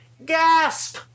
Gasp